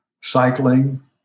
cycling